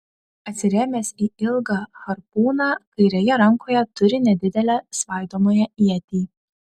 atsirėmęs į ilgą harpūną kairėje rankoje turi nedidelę svaidomąją ietį